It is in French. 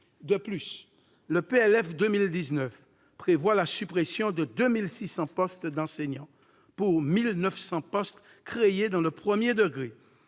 de finances pour 2019 prévoit la suppression de 2 600 postes d'enseignants, pour 1 900 postes créés dans le premier degré.